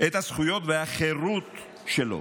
והחירות שלו.